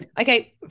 Okay